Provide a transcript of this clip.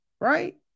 right